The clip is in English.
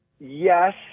Yes